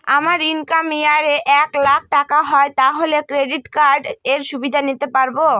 আমার income year এ এক লাক টাকা হয় তাহলে ক্রেডিট কার্ড এর সুবিধা নিতে পারবো?